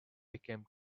became